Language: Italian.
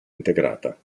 integrata